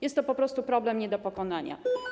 Jest to po prostu problem nie do pokonania.